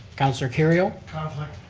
councillor kerrio. conflict.